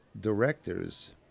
directors